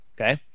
okay